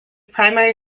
primary